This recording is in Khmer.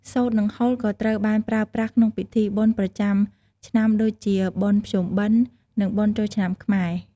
សូត្រ និងហូលក៏ត្រូវបានប្រើប្រាស់ក្នុងពិធីបុណ្យប្រចាំឆ្នាំដូចជា បុណ្យភ្ជុំបិណ្ឌ និង បុណ្យចូលឆ្នាំខ្មែរ។